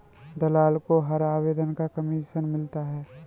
दलाल को हर आवेदन का कमीशन मिलता है